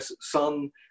son